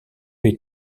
lieux